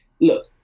Look